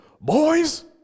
boys